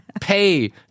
pay